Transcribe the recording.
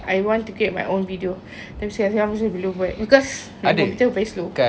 I want to get my own video tapi sampai sekarang masih belum buat because my computer very slow